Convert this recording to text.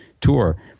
tour